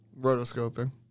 Rotoscoping